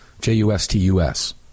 J-U-S-T-U-S